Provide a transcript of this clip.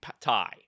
tie